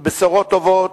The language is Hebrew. בשורות טובות.